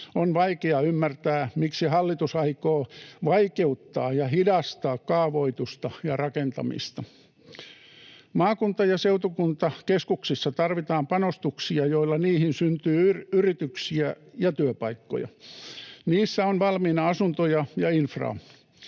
On vaikea ymmärtää, miksi hallitus aikoo vaikeuttaa ja hidastaa kaavoitusta ja rakentamista. Maakunta- ja seutukuntakeskuksissa tarvitaan panostuksia, joilla niihin syntyy yrityksiä ja työpaikkoja. Niissä on valmiina asuntoja ja infraa.